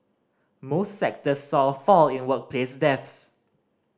most sectors saw a fall in workplace deaths